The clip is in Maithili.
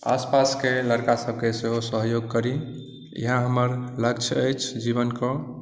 आसपासके लड़का सभकेँ सेहो सहयोग करी इएह हमर लक्ष्य अछि जीवन कऽ